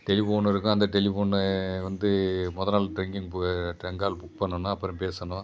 telephone இருக்கும் அந்த டெலிஃபோன்னு வந்து மொதல் நாள் ட்ரிங்கிங் ட்ரங்க் கால் புக் பண்ணோம்னா அப்புறம் பேசணும்